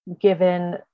given